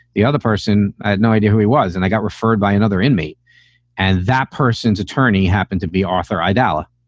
the other person, i had no idea who he was and i got referred by another inmate and that person's attorney happened to be author, darla,